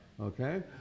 Okay